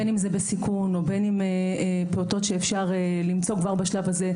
בין אם זה בסיכון או בין אם פעוטות שאפשר למצוא כבר בשלב הזה,